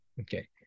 okay